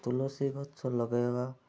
ତୁଳସୀ ଗଛ ଲଗେଇବା